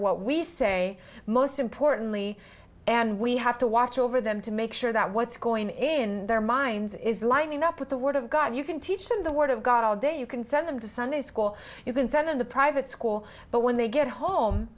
what we say most importantly and we have to watch over them to make sure that what's going on in their minds is lining up with the word of god you can teach them the word of god all day you can send them to sunday school you can tell in the private school but when they get home